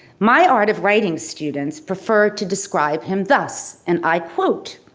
my art of writing students prefer to describe him thus and i quote,